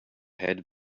head